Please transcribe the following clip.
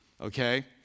Okay